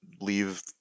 leave